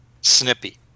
snippy